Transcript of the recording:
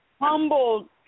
humbled